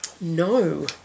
No